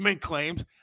claims